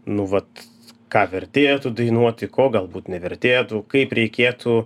nu vat ką vertėtų dainuoti ko galbūt nevertėtų kaip reikėtų